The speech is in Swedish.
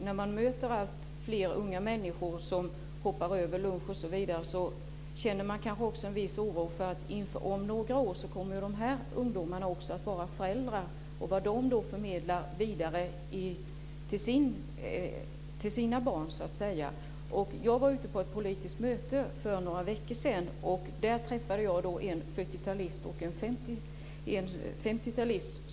När man möter alltfler unga människor som hoppar över lunch osv. känner man också en viss oro över att de här ungdomarna om några år kommer att vara föräldrar och över vad de i så fall förmedlar vidare till sina barn. Jag var ute på ett politiskt möte för några veckor sedan och träffade då en 40-talist och en 50-talist.